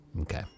Okay